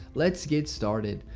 let's get started.